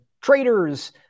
traitors